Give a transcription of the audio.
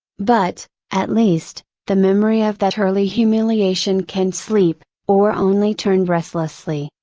but, at least, the memory of that early humiliation can sleep, or only turn restlessly,